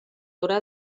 haurà